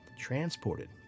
transported